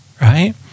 right